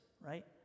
right